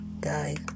guys